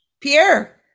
Pierre